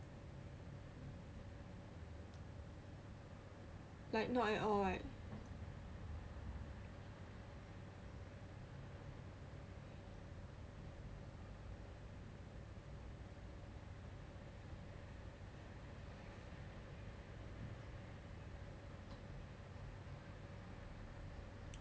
like not at all right